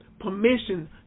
permission